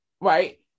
right